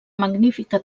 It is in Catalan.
magnífica